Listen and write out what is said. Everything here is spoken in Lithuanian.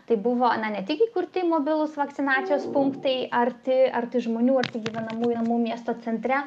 tai buvo na ne tik įkurti mobilūs vakcinacijos punktai arti arti žmonių arti gyvenamųjų namų miesto centre